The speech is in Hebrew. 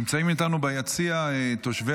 נמצאים איתנו ביציע נציגים של תושבי